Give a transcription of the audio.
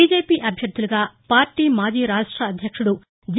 BJP అభ్యర్థులుగా పార్టీ మాజీ రాష్ట్ర అధ్యక్షుడు జి